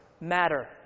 matter